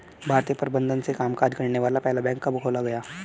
भारतीय प्रबंधन से कामकाज करने वाला पहला बैंक कब खोला गया?